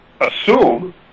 assume